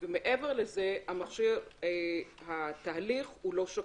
ומעבר לזה התהליך הוא לא שקוף.